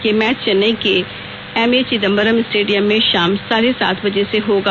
यह मैच चेन्नई के M A Chidambaram stadium में शाम साढ़े सात बजे से होगा